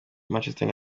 manchester